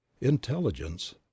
intelligence